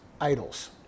idols